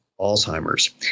Alzheimer's